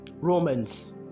Romans